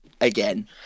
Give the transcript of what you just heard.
again